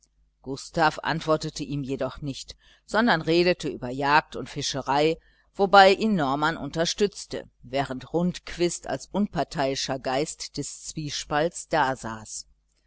gustav antwortete ihm jedoch nicht sondern redete über jagd und fischerei wobei ihn norman unterstützte während rundquist als unparteiischer geist des zwiespalts dasaß